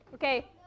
Okay